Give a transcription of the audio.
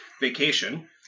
vacation